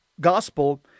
gospel